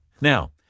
Now